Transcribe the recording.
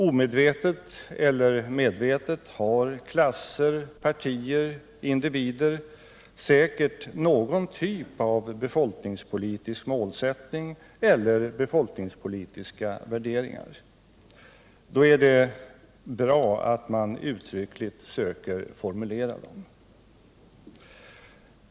Omedvetet eller medvetet har klasser, partier och individer säkert någon typ av befolkningspolitisk målsättning eller befolkningspolitiska värderingar. Då är det bra att man uttryckligt söker formulera dem.